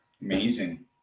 amazing